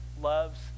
loves